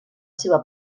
seva